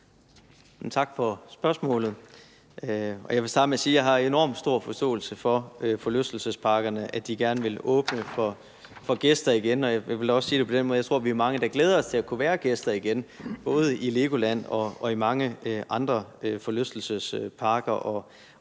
Tak for spørgsmålet. Jeg vil starte med at sige, at jeg har enormt stor forståelse for, at forlystelsesparker gerne vil åbne for gæster igen, og jeg vil også sige det på den måde, at jeg tror, at vi er mange, der også glæder os til at være gæster igen, både i LEGOLAND og i mange andre forlystelsesparker